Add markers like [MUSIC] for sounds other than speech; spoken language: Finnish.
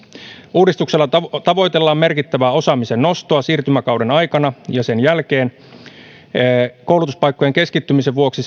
uudistuksella tavoitellaan merkittävää osaamisen nostoa siirtymäkauden aikana ja sen jälkeen se ei saa koulutuspaikkojen keskittymisen vuoksi [UNINTELLIGIBLE]